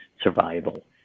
survival